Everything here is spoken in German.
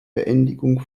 beendigung